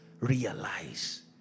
realize